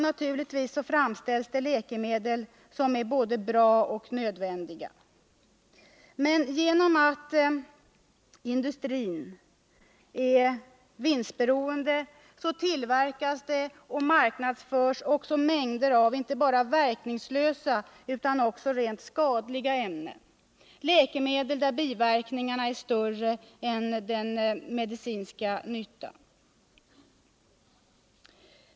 Naturligtvis framställs det läkemedel som är både bra och nödvändiga. Men genom att industrin är vinstberoende tillverkas och marknadsförs också mängder av inte bara verkningslösa utan också rent skadliga ämnen, läkemedel, vilkas biverkningar är större än den medicinska nyttan motiverar.